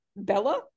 Bella